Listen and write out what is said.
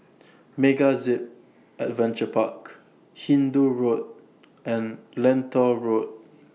MegaZip Adventure Park Hindoo Road and Lentor Road